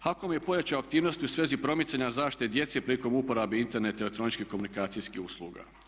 HAKOM je pojačao aktivnosti u svezi promicanja zaštite djece prilikom uporabe interneta i elektroničkih komunikacijskih usluga.